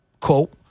quote